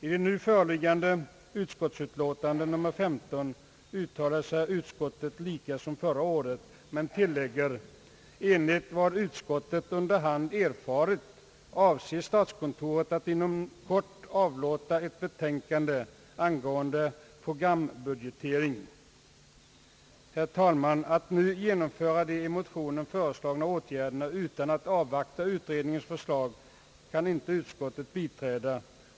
I det nu föreliggande utskottsutlåtandet nr 15 erinrar utskottet härom och tillägger: »Enligt vad utskottet under hand erfarit avser statskontoret att inom kort avlåta ett betänkande angående programbudgetering.» Herr talman! Att nu genomföra de i motionen föreslagna åtgärderna utan att avvakta utredningens förslag kan inte utskottet biträda.